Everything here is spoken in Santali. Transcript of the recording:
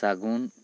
ᱥᱟᱹᱜᱩᱱ